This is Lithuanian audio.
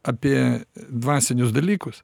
apie dvasinius dalykus